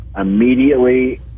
immediately